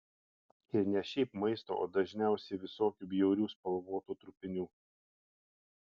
ir ne šiaip maisto o dažniausiai visokių bjaurių spalvotų trupinių